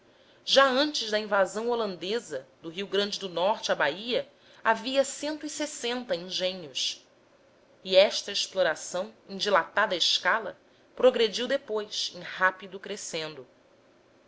já antes da invasão holandesa do rio grande do norte à bahia havia cento e sessenta engenhos e esta exploração em dilatada escala progrediu depois em rápido crescendo